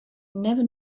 never